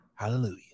Hallelujah